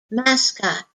mascot